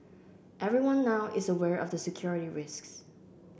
everyone now is aware of the security risks